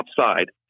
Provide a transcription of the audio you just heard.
outside